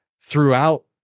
throughout